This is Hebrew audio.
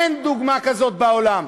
אין דוגמה כזאת בעולם,